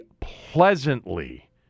pleasantly